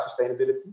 sustainability